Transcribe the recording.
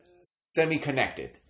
semi-connected